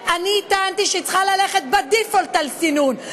אני טענתי שהיא צריכה ללכת ב-default על סינון.